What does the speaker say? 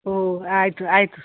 ಓ ಆಯಿತು ಆಯಿತು ಸರ್